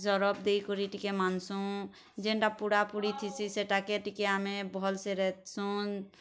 Surf ଦେଇକରି ଟିକେ ମାନ୍ସୁ ଯେନ୍ତା ପୁଡ଼ା ପୁଡ଼ି ଥିସି ସେଇଟା କେ ଟିକେ ଆମେ ଭଲ୍ ସେ ରେନ୍ଧେସୁ